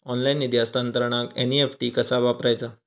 Online निधी हस्तांतरणाक NEFT कसा वापरायचा?